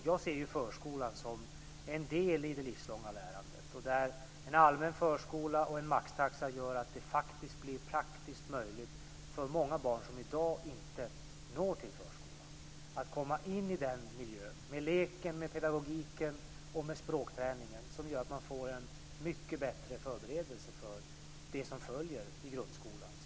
Jag ser förskolan som en del i det livslånga lärandet. En allmän förskola och en maxtaxa gör att det faktiskt blir praktiskt möjligt för många barn som i dag inte når till förskolan att komma in i miljön med leken, pedagogiken och med språkträningen, som ger en bättre förberedelse för det som följer i grundskolan.